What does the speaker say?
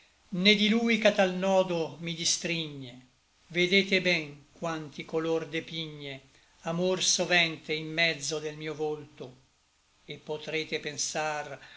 di lui ch'a tal nodo mi distrigne vedete ben quanti color depigne amor sovente in mezzo del mio volto et potrete pensar